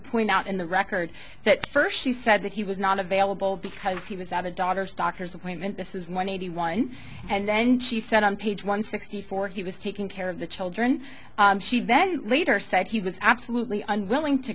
point out in the record that first she said that he was not available because he was a daughter's doctor's appointment this is one eighty one and then she said on page one sixty four he was taking care of the children she then later said he was absolutely unwilling to